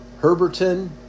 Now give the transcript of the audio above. Herberton